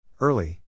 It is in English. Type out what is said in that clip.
Early